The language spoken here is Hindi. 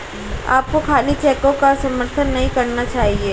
आपको खाली चेकों का समर्थन नहीं करना चाहिए